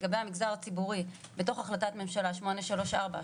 לגבי המגזר הציבורי בתוך החלטת ממשלה מספר 834,